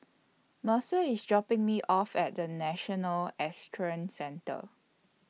Mercer IS dropping Me off At The National Equestrian Centre